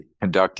conducting